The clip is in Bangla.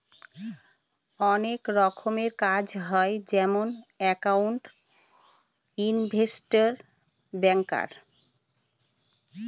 অনেক রকমের কাজ হয় যেমন একাউন্ট, ইনভেস্টর, ব্যাঙ্কার